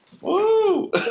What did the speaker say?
Woo